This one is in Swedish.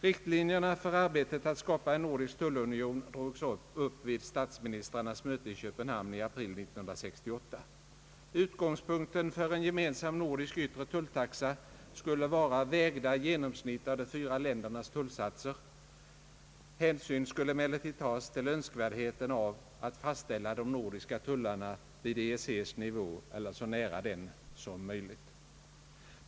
Riktlinjerna för arbetet att skapa en nordisk tullunion drogs upp vid statsministråärnas möte i Köpenhamn i april 1968. Utgångspunkten för en gemensam nordisk yttre tulltaxa skulle vara vägda genomsnitt av de fyra ländernas tullsatser. Hänsyn skulle emellertid tas till önskvärdheten av att fastställa de nordiska tullsatserna vid EEC:s nivå eller så nära den som möjligt.